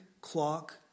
clock